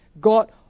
God